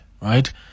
right